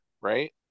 right